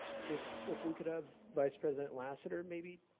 if if we could have vice president lasiter maybe.